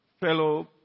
fellow